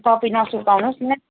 तपाईँ न सुर्ताउनोस् न